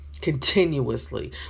Continuously